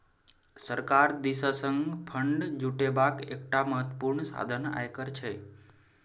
सरकार दिससँ फंड जुटेबाक एकटा महत्वपूर्ण साधन आयकर छै